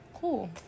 Cool